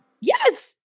Yes